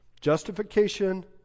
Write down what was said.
Justification